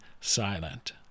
silent